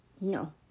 No